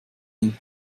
nie